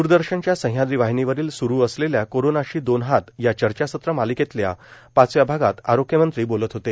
दूरदर्शनच्या सहयाद्री वाहिनीवरील स्रू असलेल्या कोरोनाशी दोन हात या चर्चासत्र मालिकेच्या पाचव्या भागात आरोग्यमंत्री बोलत होते